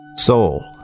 Soul